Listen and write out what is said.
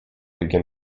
begin